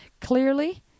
clearly